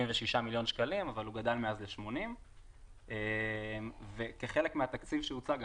מיליון שקלים אבל הוא גדל מאז ל-80 וכחלק מהתקציב שהוצג,